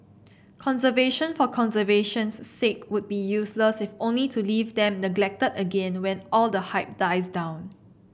conservation for conservation's sake would be useless if only to leave them neglected again when all the hype dies down